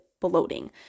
bloating